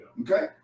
okay